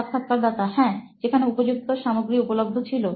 সাক্ষাৎকারদাতা হ্যাঁযেখানে উপযুক্ত সামগ্রী উপলব্ধ ছিল